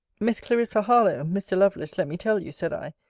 miss clarissa harlowe, mr. lovelace, let me tell you, said i,